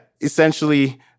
essentially